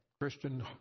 Christian